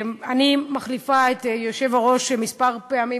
אני מחליפה את היושב-ראש מספר פעמים,